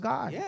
God